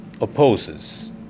opposes